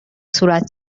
صورت